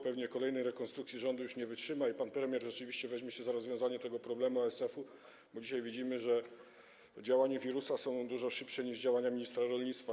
Pewnie kolejnej rekonstrukcji rządu już nie wytrzyma i pan premier rzeczywiście weźmie się za rozwiązywanie tego problemu ASF, bo dzisiaj widzimy, że działania wirusa są dużo szybsze niż działania ministra rolnictwa.